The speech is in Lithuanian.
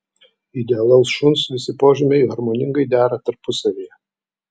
idealaus šuns visi požymiai harmoningai dera tarpusavyje